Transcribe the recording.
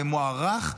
ומוערך,